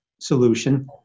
solution